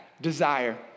desire